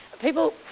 people